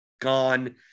gone